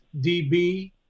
DB